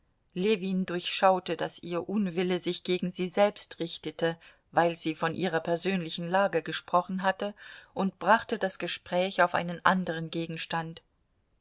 ljewin durchschaute daß ihr unwille sich gegen sie selbst richtete weil sie von ihrer persönlichen lage gesprochen hatte und brachte das gespräch auf einen anderen gegenstand